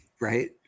Right